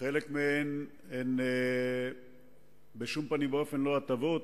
חלק מהן אינו בשום פנים ואופן הטבות,